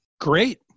Great